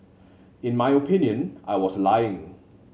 in my opinion I was lying